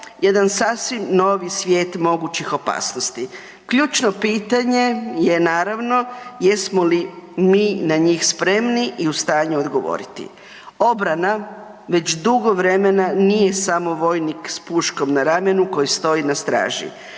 jedan sasvim novi svijet mogućih opasnosti. Ključno pitanje je naravno, jesmo li mi na njih spremni i u stanju odgovoriti? Obrana već dugo vremena nije samo vojnik s puškom na ramenu koji stoji na straži.